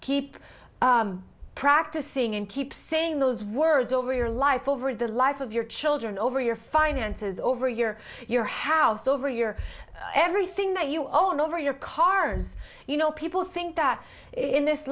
keep practicing and keep saying those words over your life over the life of your children over your finances over a year your house over your everything that you all over your cars you know people think that in this